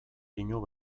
pinu